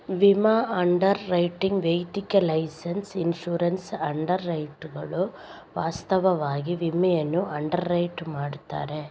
ವಿಮಾ underwriting ವೈಯಕ್ತಿಕ lines insurance ಅಂಡರ್ ರೈಟರುಗಳು ವಾಸ್ತವವಾಗಿ ವಿಮೆಯನ್ನು ಅಂಡರ್ ರೈಟ್ ಮಾಡುತ್ತಾರೆ